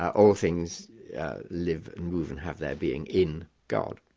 all things live and move and have their being in god.